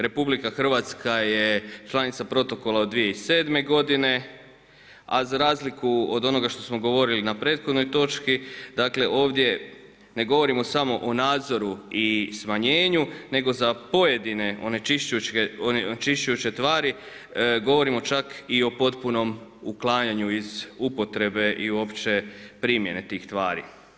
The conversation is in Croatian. Republika Hrvatska je članica Protokola od 2007. godine, a za razliku od onoga što smo govorili na prethodnoj točki dakle, ovdje ne govorimo samo o nadzoru i smanjenju, nego za pojedine onečišćujuće tvari govorimo čak i o potpunom uklanjanju iz upotrebe i uopće primjene tih tvari.